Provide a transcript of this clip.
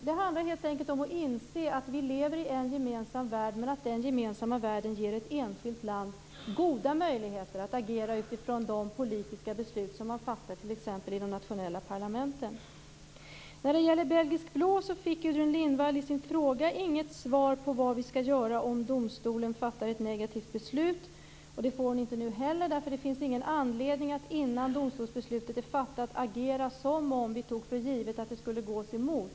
Det handlar helt enkelt om att inse att vi lever i en gemensam värld men att den gemensamma världen ger ett enskilt land goda möjligheter att agera utifrån de politiska beslut som man fattar i t.ex. de nationella parlamenten. När det gäller belgisk blå fick Gudrun Lindvall inget svar på sin fråga om vad vi skall göra om domstolen fattar ett negativt beslut. Det får hon inte nu heller, eftersom det inte finns någon anledning att innan domstolsbeslutet är fattat agera som om vi tog för givet att det skulle gå oss emot.